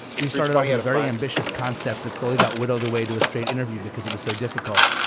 we started off with a very ambitious concept that slowly got whittled away to a straight interview because it was so difficult.